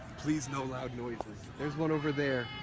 please, no loud noises. there's one over there,